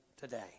today